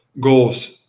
goals